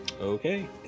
Okay